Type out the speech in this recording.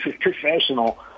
professional